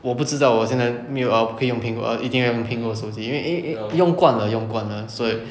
我不知道我现在没有 err 没有用苹果一定要用苹果手机因为因为用惯了用惯了所以